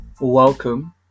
Welcome